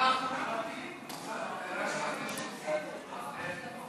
התכנון והבנייה (תיקון מס' 118)